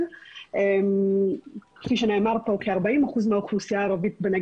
יש חוסר קשה במודעות של המשפחות שנאלצות